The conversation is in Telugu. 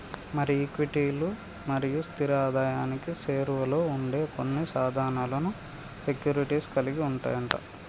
మరి ఈక్విటీలు మరియు స్థిర ఆదాయానికి సేరువలో ఉండే కొన్ని సాధనాలను సెక్యూరిటీస్ కలిగి ఉంటాయి అంట